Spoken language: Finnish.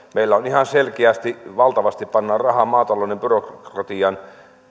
meillä ihan selkeästi valtavasti pannaan rahaa maatalouden byrokratian